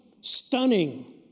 stunning